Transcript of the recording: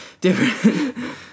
different